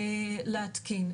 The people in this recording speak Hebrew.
להתקין.